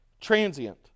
transient